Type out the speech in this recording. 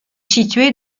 situé